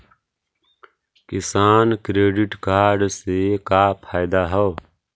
किसान credit card से का फायदा है?